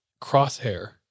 crosshair